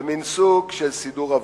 זה מין סוג של סידור עבודה.